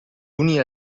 uni